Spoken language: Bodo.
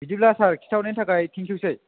बिदिब्ला सार खिथाहरनायनि थाखाय थेंक इउ सै